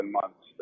months